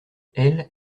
elle